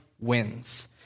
wins